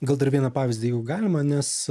gal dar vieną pavyzdį jeigu galima nes